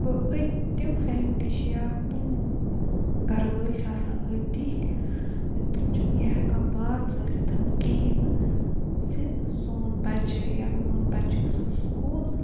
تِم فیملی چھِ یا تِم گَرٕ وٲلۍ چھِ آسان أڑۍ تِتھۍ زِ تِم چھِنہٕ یہِ ہیٚکان بار ژٲلِتھ کِہیٖنۍ نہٕ زِ سون بَچہِ یا میون بَچہِ چھُ گَژھان سُکوٗل